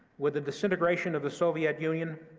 with the disintegration of the soviet union,